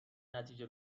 نتیجه